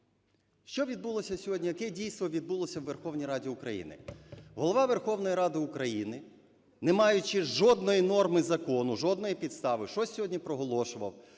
Що відбулося сьогодні? Яке дійство відбулося у Верховній Раді України? Голова Верховної Ради України, не маючи жодної норми закону, жодної підстави, щось сьогодні проголошував.